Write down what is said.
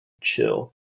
chill